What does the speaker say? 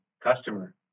customer